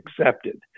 accepted